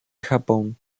japón